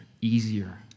easier